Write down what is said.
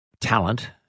talent